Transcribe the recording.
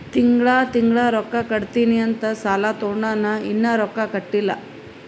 ತಿಂಗಳಾ ತಿಂಗಳಾ ರೊಕ್ಕಾ ಕಟ್ಟತ್ತಿನಿ ಅಂತ್ ಸಾಲಾ ತೊಂಡಾನ, ಇನ್ನಾ ರೊಕ್ಕಾ ಕಟ್ಟಿಲ್ಲಾ